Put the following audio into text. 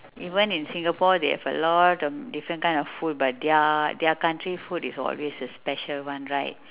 even in singapore they have a lot of different kind of food but their their country food is always the special one right